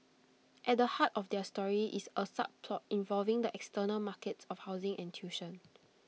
at the heart of their story is A subplot involving the external markets of housing and tuition